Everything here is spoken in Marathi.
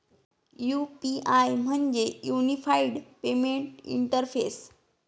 यू.पी.आय म्हणजे युनिफाइड पेमेंट इंटरफेस